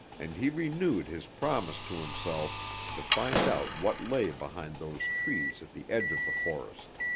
and he renewed his promise to himself to find out what lay behind those trees at the edge of the forest.